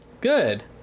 Good